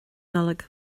nollag